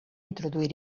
introduir